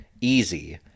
easy